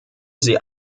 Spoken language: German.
sie